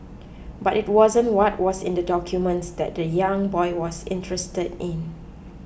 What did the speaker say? but it wasn't what was in the documents that the young boy was interested in